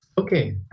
Okay